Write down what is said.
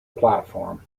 platform